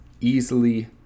easily